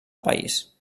país